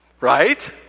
right